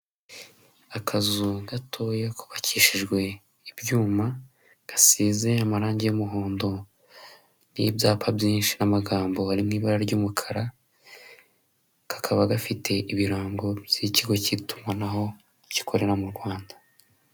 Akazu gatoya kubakishijwe ibyuma, gasize amarangi y'umuhondo n'ibyapa byinshi n'amagambo ari mu ibara ry'umukara, kakaba gafite ibirango by'ikigo cy'itumanaho gikorera mu Rwanda.